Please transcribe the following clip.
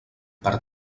per